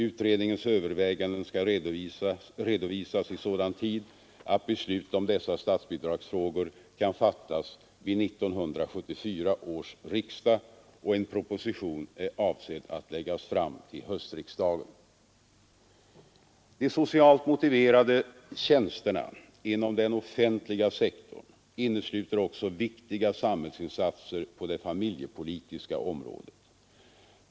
Utredningens överväganden skall redovisas i sådan tid att beslut om dessa statsbidragsfrågor kan fattas vid 1974 års riksdag, och en proposition är avsedd att läggas fram till höstriksdagen. De socialt motiverade tjänsterna inom den offentliga sektorn innesluter också viktiga samhällsinsatser på det familjepolitiska området.